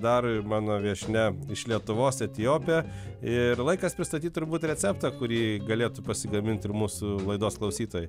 dar mano viešnia iš lietuvos etiopė ir laikas pristatyt turbūt receptą kurį galėtų pasigaminti ir mūsų laidos klausytojai